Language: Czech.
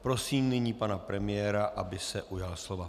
Prosím nyní pana premiéra, aby se ujal slova.